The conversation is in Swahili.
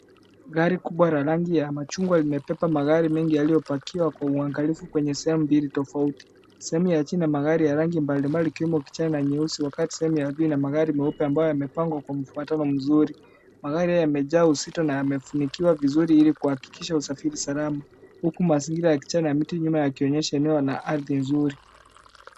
Gari kubwa la rangi ya machungwa limebeba magari mengi yaliyopackiwa kwa uangalifu kwenye sehemu mbili tofauti. Sehemu ya chini ina magari ya rangi mbalimbali ikiwemo kijani na nyeusi wakati sehemu ya pili ina magari meupe ambayo yamepangwa kwa mfuatano mzuri. Magari haya yamejaa uzito na yamefunikiwa vizuri ili kuhakikisha usafiri salama, huku mazingira ya kijani ya mti huku yakionyesha eneo la ardhi nzuri.